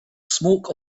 smoke